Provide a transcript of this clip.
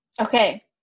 okay